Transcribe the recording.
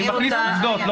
אני מכניס עובדות.